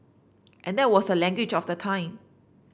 and that was the language of the time